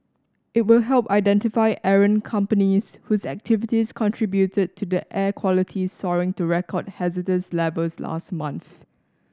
it will help identify errant companies whose activities contributed to the air quality soaring to record hazardous levels last month